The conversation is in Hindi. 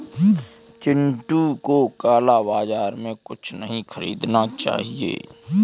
चिंटू को काला बाजार से कुछ नहीं खरीदना चाहिए